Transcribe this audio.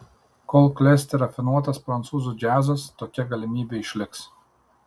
kol klesti rafinuotas prancūzų džiazas tokia galimybė išliks